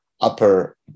upper